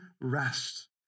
rest